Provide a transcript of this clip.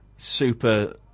super